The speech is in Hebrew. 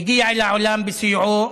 הגיע לעולם בסיועו